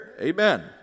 amen